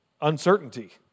uncertainty